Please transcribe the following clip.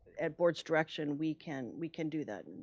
at board's direction, we can we can do that.